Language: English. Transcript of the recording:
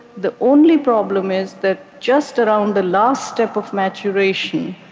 the only problem is that just around the last step of maturation,